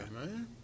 man